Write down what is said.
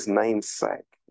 namesake